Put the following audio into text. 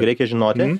reikia žinoti